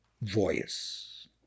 voice